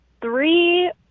three